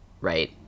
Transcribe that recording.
right